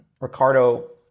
Ricardo